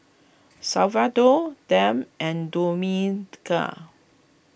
Salvador Deb and